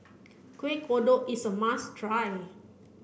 Kuih Kodok is a must try